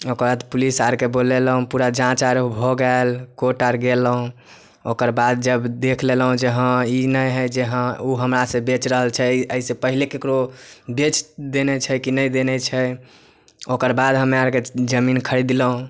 ओकर बाद पुलिस आरके बोलेलहुॅं पूरा जाँच आर भऽ गेल कोर्ट आर गेलहुॅं ओकर बाद जब देख लेलहुॅं जे हँ ई नहि हइ जे हँ ओ हमरा से बेच रहल छै एहिसऽ पहिले ककरो बेच देने छै कि नहि देने छै ओकर बाद हमरा आरके जमीन खरीदलहुॅं